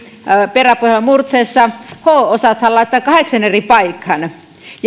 peräpohjolan murteessa h osathan laitetaan kahdeksaan eri paikkaan